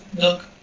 Look